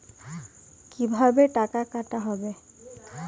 কিভাবে টাকা কাটা হবে?